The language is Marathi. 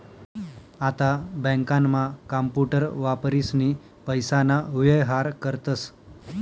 आता बँकांमा कांपूटर वापरीसनी पैसाना व्येहार करतस